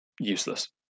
useless